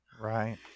Right